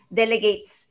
delegates